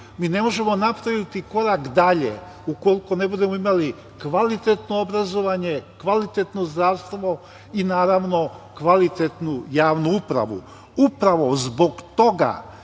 Mi ne možemo napraviti korak dalje ukoliko ne budemo imali kvalitetno obrazovanje, kvalitetno zdravstvo i kvalitetnu javnu upravu. Upravo zbog toga